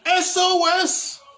SOS